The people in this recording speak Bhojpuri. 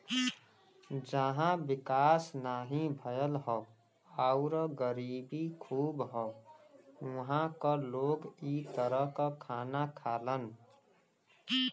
जहां विकास नाहीं भयल हौ आउर गरीबी खूब हौ उहां क लोग इ तरह क खाना खालन